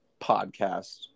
podcast